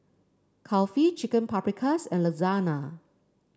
Kulfi Chicken Paprikas and Lasagna